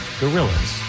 gorillas